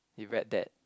you read that